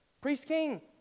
priest-king